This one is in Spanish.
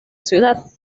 ciudad